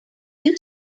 two